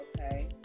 Okay